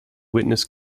witnessed